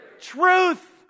truth